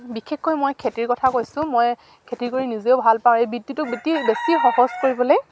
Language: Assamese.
বিশেষকৈ মই খেতিৰ কথা কৈছোঁ মই খেতি কৰি নিজেও ভাল পাওঁ এই বৃত্তিটো বৃত্তি বেছি সহজ কৰিবলৈ